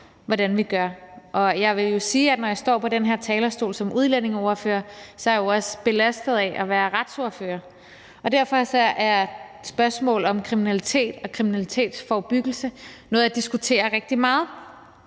hvordan vi gør, og jeg vil sige, at når jeg står på den her talerstol som udlændingeordfører, er jeg jo også belastet af at være retsordfører, og derfor er spørgsmålet om kriminalitet og kriminalitetsforebyggelse noget, jeg diskuterer rigtig meget.